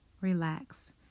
relax